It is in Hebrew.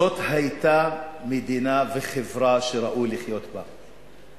זאת היתה מדינה וחברה שראוי לחיות בה.